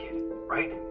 right